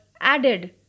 added